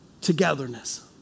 togetherness